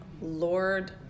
Lord